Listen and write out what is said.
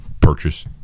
purchase